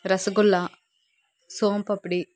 rasgulla soan papdi